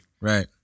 Right